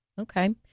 Okay